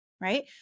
right